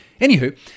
Anywho